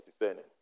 discerning